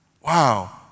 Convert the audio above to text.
Wow